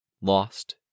Lost